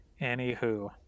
anywho